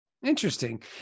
Interesting